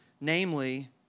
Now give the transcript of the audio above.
namely